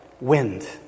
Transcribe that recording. Wind